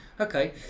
Okay